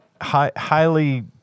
Highly